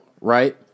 right